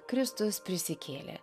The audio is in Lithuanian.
kristus prisikėlė